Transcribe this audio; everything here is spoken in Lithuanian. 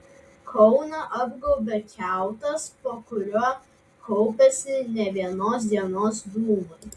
kauną apgaubė kiautas po kuriuo kaupiasi ne vienos dienos dūmai